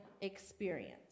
experience